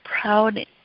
proud